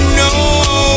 no